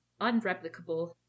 unreplicable